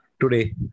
today